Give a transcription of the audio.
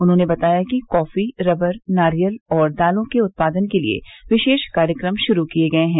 उन्होंने बताया कि कॉफी रबर नारियल और दालों के उत्पादन के लिए विशेष कार्यक्रम शुरू किए गए हैं